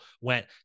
went